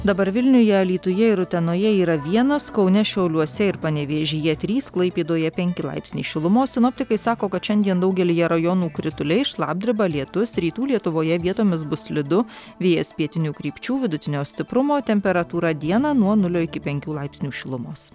dabar vilniuje alytuje ir utenoje yra vienas kaune šiauliuose ir panevėžyje trys klaipėdoje penki laipsniai šilumos sinoptikai sako kad šiandien daugelyje rajonų krituliai šlapdriba lietus rytų lietuvoje vietomis bus slidu vėjas pietinių krypčių vidutinio stiprumo temperatūra dieną nuo nulio iki penkių laipsnių šilumos